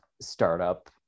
startup